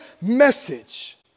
message